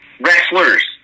wrestlers